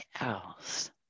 else